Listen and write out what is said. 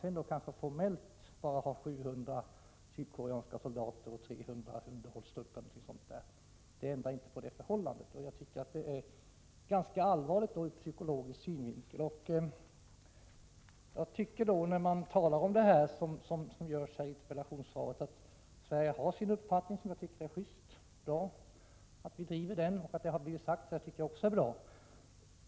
Att man sedan formellt bara har 700 sydkoreanska soldater och underhållstrupper omfattande 300 amerikanare ändrar inte på det förhållandet. Det tycker jag är allvarligt ur psykologisk synvinkel. Att det framhålls i interpellationssvaret att Sverige har sin uppfattning tycker jag är riktigt, och att det har blivit sagt att vi driver den tycker jag också är bra.